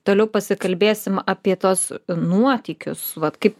toliau pasikalbėsim apie tuos nuotykius vat kaip